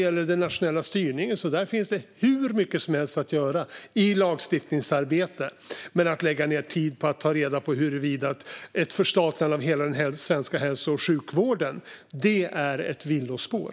Avseende nationell styrning finns hur mycket som helst att göra i fråga om lagstiftningsarbete. Men att lägga tid på att ta reda på huruvida ett förstatligande av hela den svenska hälso och sjukvården är möjligt är ett villospår.